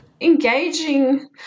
engaging